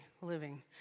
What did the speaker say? living